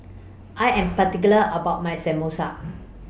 I Am particular about My Samosa